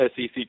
SEC